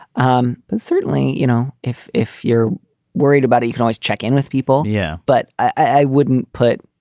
um but certainly, you know, if if you're worried about it, you can always check in with people. yeah. but i wouldn't put.